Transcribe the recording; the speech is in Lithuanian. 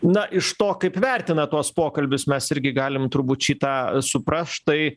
na iš to kaip vertina tuos pokalbius mes irgi galim turbūt šį tą suprast štai